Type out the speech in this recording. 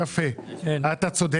יפה, אתה צודק.